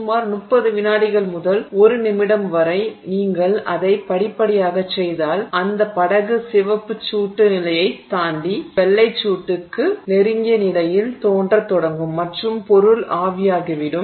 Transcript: சுமார் 30 வினாடிகள் முதல் ஒரு நிமிடம் வரை நீங்கள் அதை படிப்படியாகச் செய்தால் அந்த படகு சிவப்புச்சூட்டு நிலையைத் தாண்டி வெள்ளைச்சூட்டுக்கு நெருங்கிய நிலையில் தோன்றத் தொடங்கும் மற்றும் பொருள் ஆவியாகிவிடும்